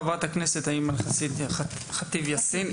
חברת הכנסת אימאן ח'טיב יאסין.